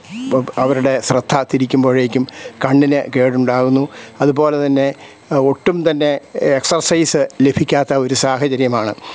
അവരുടെ ശ്രദ്ധ തിരിക്കുമ്പോഴേക്കും കണ്ണിനു കേടുണ്ടാകുന്നു അതുപോലെതന്നെ ഒട്ടും തന്നെ എക്സർസൈസ് ലഭിക്കാത്ത ഒരു സാഹചര്യമാണ്